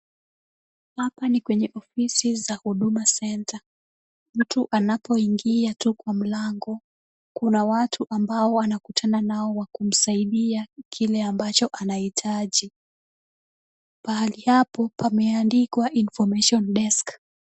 Hapa ni kwenye ofisi za huduma center, mtu anapoingia tu kwa mlango, kuna watu ambao wanakutana nao kumsaidia kile ambacho anahitaji, pahali hapo pameandikwa information desk .